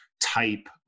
type